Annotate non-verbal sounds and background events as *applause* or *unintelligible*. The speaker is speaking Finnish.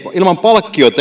ilman palkkiota *unintelligible*